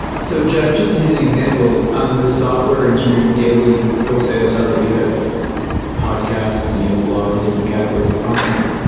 so jeff, just to use an example. on the software engineering daily website, i saw that you have podcasts and you have blogs in different categories of content.